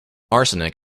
arsenic